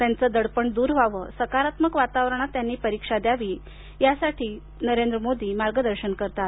त्यांचं दडपण दूर व्हावं सकारात्मक वातावरणात त्यांनी परीक्षा द्यावी यासाठी पंतप्रधान नरेंद्र मोदी मार्गदर्शन करतात